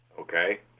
okay